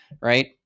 right